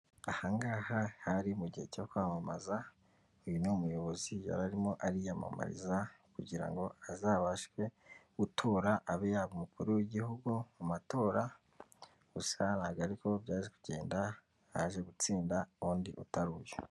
Aha ngaha hari mu gihe cyo kwamamaza, uyu ni umuyobozi yari arimo ariyamamaza kugirango ngo azabashe gutora abe yaba umukuru w'igihugu mu matora, gusa ntabwo ariko byaje kugenda, yaje gutsinda undi utari uyu.